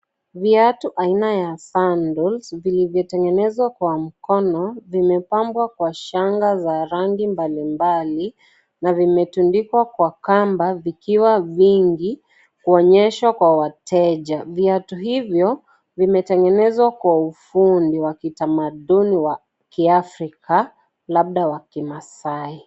Viatu aina ya (CS)sandals(CS) zimetengezwa kwa mikono, zimepambwa kwa shanga za rangi mbalimbali, na zimetandikwa kwa kamba zikiwa vingi kuonyesha kwa wateja. Viatu hivyo, zimetenyenezo kwa ufundi wa kitamaduni wa Kiafrika, labda wa Kimaasai.